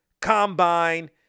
Combine